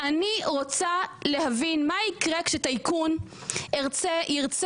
אני לא יודעת מה גרוע יותר,